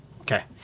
Okay